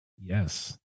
Yes